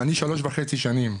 אני שלוש וחצי שנים,